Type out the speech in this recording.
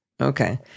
okay